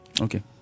Okay